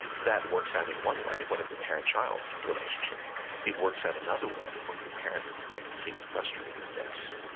and that works out in one way, when it's a parent-child relationship it works out another way when your parent might be getting frustrated that